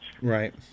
Right